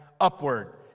upward